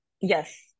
Yes